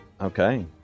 okay